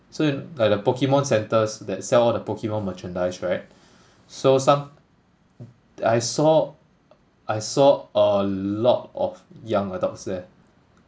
so like the pokemon centres that sell all the pokemon merchandise right so some I saw I saw a lot of young adults there